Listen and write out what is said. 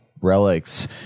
relics